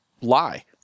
lie